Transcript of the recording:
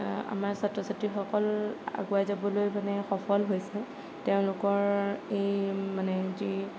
আমাৰ ছাত্ৰ ছাত্ৰীসকল আগুৱাই যাবলৈ মানে সফল হৈছে তেওঁলোকৰ এই মানে যি